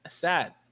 Sad